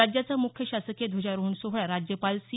राज्याचा मुख्य शासकीय ध्वजारोहण सोहळा राज्यपाल सी